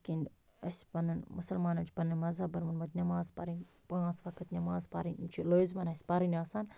یِتھ کنۍ أسۍ پَنن مُسَلمانَن چھُ پَنن مَذہَبَن ووٚنمُت نماز پَرٕنۍ پانٛژھ وَقت نماز پَرٕنۍ یہِ چھِ لٲزمَن اَسہِ پَرٕنۍ آسان